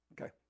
Okay